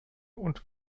und